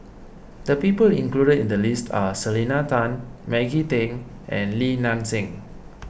the people included in the list are Selena Tan Maggie Teng and Li Nan Xing